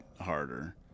harder